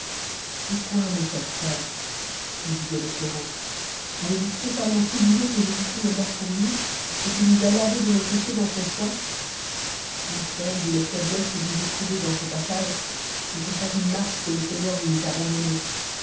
hé quoi mon cher iréie lui disoit l'espérant avez-vous totalement oublié que jésus chri testmortpournous ct iiu'il nous a lavés de nospéchésdan son sang les pcims et les faiblesses que vous éprouvez dans ce pas age lie sont pas une marque que le seigneur vous ait abandonné